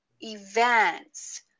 events